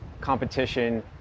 competition